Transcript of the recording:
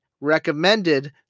recommended